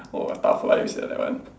oh a tough life sia that one